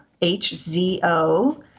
h-z-o